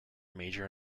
major